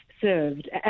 served